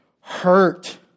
hurt